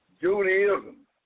Judaism